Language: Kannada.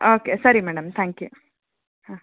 ಓಕೆ ಸರಿ ಮೇಡಮ್ ತ್ಯಾಂಕ್ ಯು ಹಾಂ